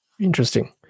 Interesting